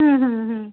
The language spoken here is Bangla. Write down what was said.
হুম হুম হুম